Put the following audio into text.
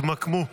התמקמו.